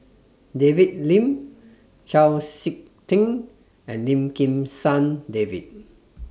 David Lim Chau Sik Ting and Lim Kim San David